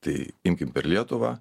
tai imkim per lietuvą